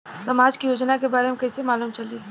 समाज के योजना के बारे में कैसे मालूम चली?